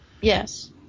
Yes